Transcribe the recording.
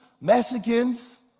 Mexicans